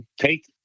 take